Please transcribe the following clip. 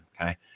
okay